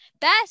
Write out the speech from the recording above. best